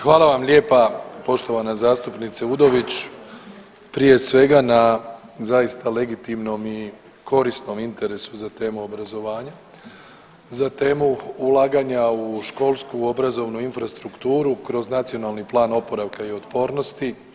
Hvala vam lijepa poštovana zastupnice Udović prije svega na zaista legitimnom i korisnom interesu za temu obrazovanja, za temu ulaganja u školsku, obrazovnu infrastrukturu kroz Nacionalni plan oporavka i otpornosti.